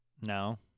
No